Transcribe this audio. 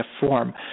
form